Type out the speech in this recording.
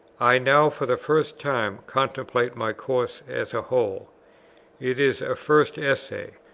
i now for the first time contemplate my course as a whole it is a first essay,